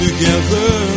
Together